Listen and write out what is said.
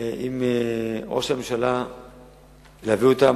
עם ראש הממשלה להביא אותם.